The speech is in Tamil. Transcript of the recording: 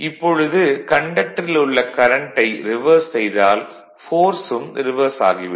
இப்பொழுது கண்டக்டரில் உள்ள கரண்ட்டை ரிவர்ஸ் செய்தால் ஃபோர்ஸ் ம் ரிவர்ஸ் ஆகிவிடும்